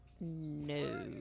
No